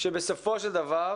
שבסופו של דבר